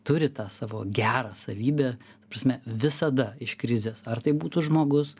turi tą savo gerą savybę ta prasme visada iš krizės ar tai būtų žmogus